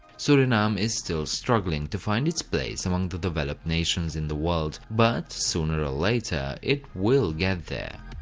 suriname is still struggling to find its place among the developed nations in the world, but sooner or later, it will get there.